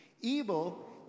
Evil